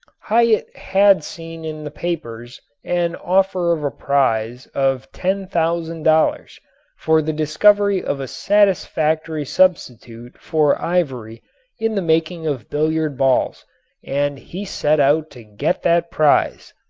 hyatt had seen in the papers an offer of a prize of ten thousand dollars for the discovery of a satisfactory substitute for ivory in the making of billiard balls and he set out to get that prize.